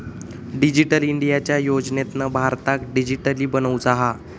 digital इंडियाच्या योजनेतना भारताक डीजिटली बनवुचा हा